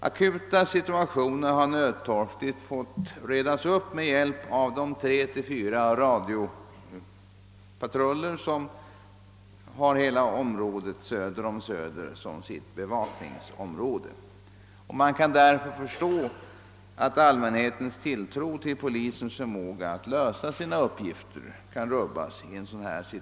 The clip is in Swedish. Akuta situationer har nödtorftigt fått redas upp med hjälp av de tre till fyra radiopatruller, som har hela området söder om Söder som sitt bevakningsområde. Under dessa förhållanden är det lätt att förstå, att allmänhetens tilltro till polisens förmåga att lösa sina uppgifter har rubbats.